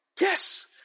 Yes